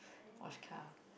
was car